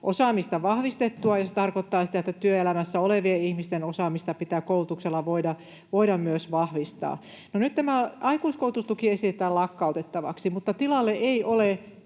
osaamista vahvistettua, ja se tarkoittaa sitä, että työelämässä olevien ihmisten osaamista pitää koulutuksella voida myös vahvistaa. No, nyt tämä aikuiskoulutustuki esitetään lakkautettavaksi, mutta tässä tilanteessa ei ole